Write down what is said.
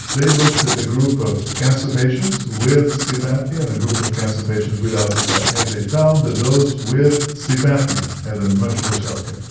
they looked at a group of cancer patients with sleep apnoea and a group of cancer patients without sleep apnoea. they found that those with sleep apnoea had a much worse outcome,